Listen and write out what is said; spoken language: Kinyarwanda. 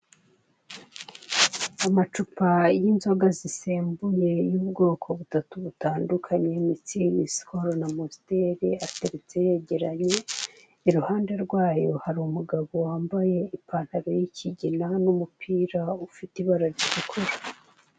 Amacupa y'inzoga zisembuye y'ubwoko batatu butandukanye; mitsingi, sikoro na amusiteri ateretse yegeranye. Iruhande rwayo hari umugabo wambaye ipantaro y'ikigina n'umupira ufite ibara ritukura.